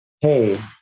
hey